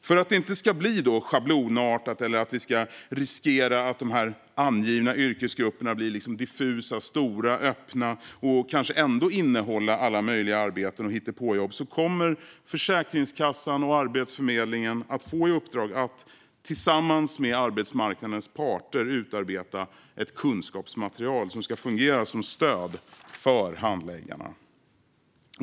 För att det inte ska bli schablonartat eller riskera att de angivna yrkesgrupperna blir för diffusa, stora och öppna och innehålla alla möjliga arbeten och hittepåjobb kommer Försäkringskassan och Arbetsförmedlingen att få i uppdrag att tillsammans med arbetsmarknadens parter utarbeta ett kunskapsmaterial som ska fungera som stöd för handläggarna.